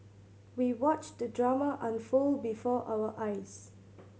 we watched the drama unfold before our eyes